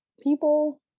people